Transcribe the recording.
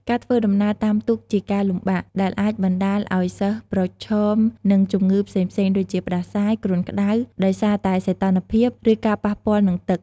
ការធ្វើដំណើរតាមទូកជាការលំបាក ដែលអាចបណ្ដាលឱ្យសិស្សប្រឈមនឹងជំងឺផ្សេងៗ ដូចជា ផ្តាសាយ គ្រុនក្ដៅ ដោយសារតែសីតុណ្ហភាព ឬការប៉ះពាល់នឹងទឹក។